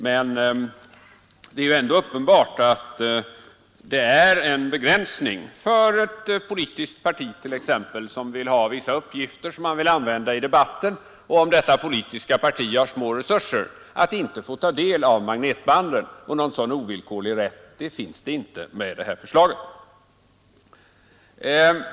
Men det är ändå uppenbart att det är en begränsning för ett politiskt parti t.ex., som vill ha vissa uppgifter för att använda dem i debatten, att — om partiet har små resurser — inte få ta del av magnetbanden, och någon sådan ovillkorlig rätt finns inte enligt det här förslaget.